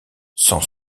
sans